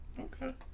Okay